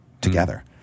together